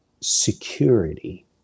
security